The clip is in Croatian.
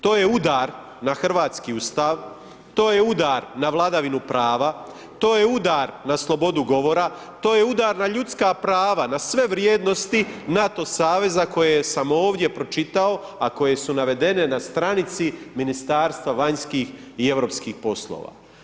To je udar na hrvatski Ustav, to je udar na vladavinu prava, to je udar na slobodu govora, to je udar na ljudska prava, na sve vrijednosti NATO saveza koje sam ovdje pročitao a koje su navedene na stranici Ministarstva vanjskih i europskih poslova.